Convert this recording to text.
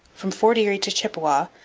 from fort erie to chippawa,